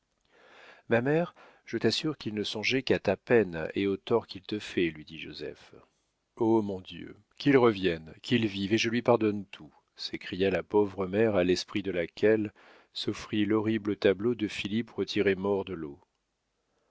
ma mère je t'assure qu'il ne songeait qu'à ta peine et au tort qu'il te fait lui dit joseph oh mon dieu qu'il revienne qu'il vive et je lui pardonne tout s'écria la pauvre mère à l'esprit de laquelle s'offrit l'horrible tableau de philippe retiré mort de l'eau